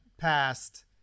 passed